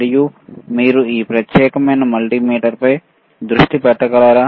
మరియు మీరు ఈ ప్రత్యేకమైన మల్టీమీటర్పై దృష్టి పెట్టగలరా